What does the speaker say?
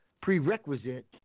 prerequisite